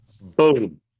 Boom